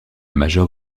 major